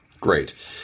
Great